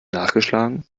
nachgeschlagen